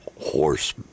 horse